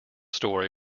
story